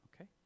Okay